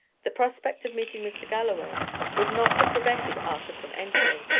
the prospect of meeting mr. galloway would not have prevented arthur from entering.